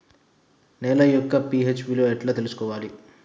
నేల యొక్క పి.హెచ్ విలువ ఎట్లా తెలుసుకోవాలి?